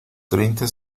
treinta